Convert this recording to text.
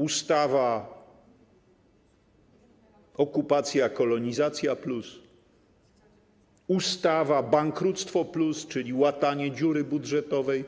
Ustawa okupacja+, kolonizacja+, ustawa bankructwo+, czyli łatanie dziury budżetowej,